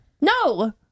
No